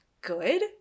good